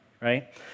right